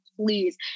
please